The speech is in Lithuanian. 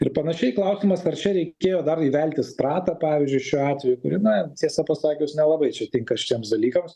ir panašiai klausimas ar čia reikėjo dar įvelti sratą pavyzdžiui šiuo atveju kuri na tiesa pasakius nelabai čia tinka šitiems dalykams